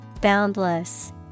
Boundless